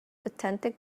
authentic